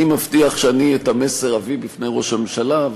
אני מבטיח שאני את המסר אביא בפני ראש הממשלה,